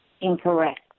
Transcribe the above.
incorrect